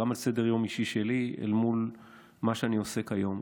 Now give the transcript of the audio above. על סדר-יום אישי שלי אל מול מה שאני עושה כיום.